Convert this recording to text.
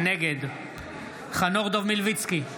נגד חנוך דב מלביצקי,